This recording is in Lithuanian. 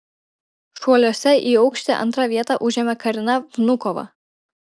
šuoliuose į aukštį antrą vietą užėmė karina vnukova